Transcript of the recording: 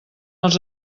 els